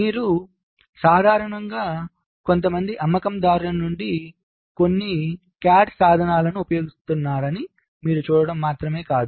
మీరు సాధారణంగా కొంతమంది అమ్మకందారుల నుండి కొన్ని CAD సాధనాలను ఉపయోగిస్తున్నారని మీరు చూడటం మాత్రమే కాదు